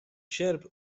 sierp